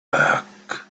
back